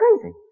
crazy